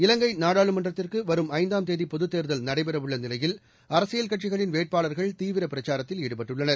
இலங்கை நாடாளுமன்றத்திற்கு வரும் ஐந்தாம் தேதி பொதுத்தேர்தல் நடைபெறவுள்ளநிலையில் அரசியல் கட்சிகளின் வேட்பாளர்கள் தீவிர பிரச்சாரத்தில் ஈடுபட்டுள்ளனர்